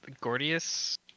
Gordius